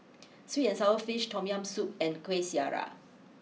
sweet and Sour Fish Tom Yam Soup and Kueh Syara